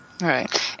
Right